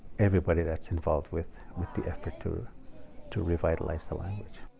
everybody that's involved with with the effort to to revitalize the language.